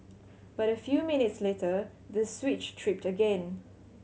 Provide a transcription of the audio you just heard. but a few minutes later the switch tripped again